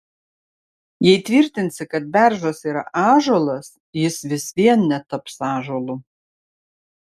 jei tvirtinsi kad beržas yra ąžuolas jis vis vien netaps ąžuolu